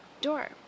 door